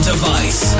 Device